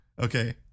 Okay